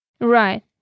Right